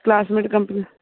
classmate company